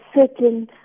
certain